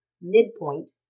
midpoint